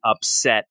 upset